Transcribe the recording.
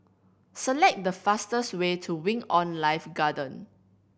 select the fastest way to Wing On Life Garden